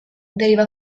deriva